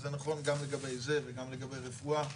זה נכון לגבי זה, גם לגבי רפואה